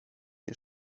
nie